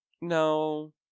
No